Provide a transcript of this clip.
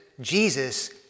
Jesus